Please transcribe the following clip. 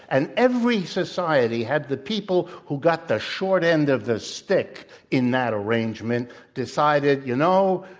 and every society had the people who got the short end of the stick in that arrangement decided, you know,